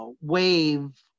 wave